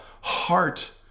heart